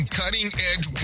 cutting-edge